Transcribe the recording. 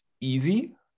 easy